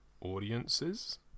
audiences